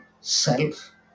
self